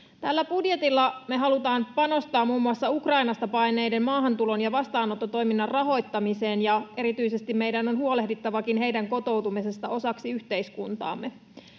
Tällä budjetilla me halutaan panostaa muun muassa Ukrainasta paenneiden maahantulon ja vastaanottotoiminnan rahoittamiseen, ja meidän onkin erityisesti huolehdittava heidän kotoutumisestaan osaksi yhteiskuntaamme.